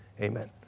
amen